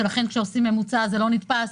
לכן כשעושים ממוצע זה לא נתפס.